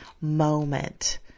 moment